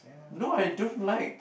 no I don't like